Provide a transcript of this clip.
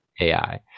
ai